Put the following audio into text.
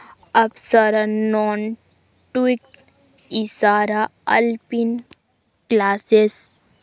ᱟᱯᱥᱟᱨᱟ ᱱᱚᱱ ᱴᱩᱭᱤᱴ ᱤᱥᱟᱨᱟ ᱟᱞᱯᱤᱱ ᱠᱞᱟᱥᱮᱥ